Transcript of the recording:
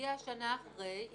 יגיע שנה אחרי,